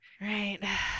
Right